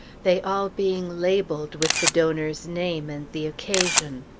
they all being labeled with the donor's name, and the occasion.